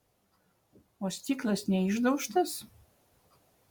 o stiklas neišdaužtas